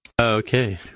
Okay